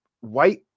white